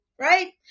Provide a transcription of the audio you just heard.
right